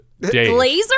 glazer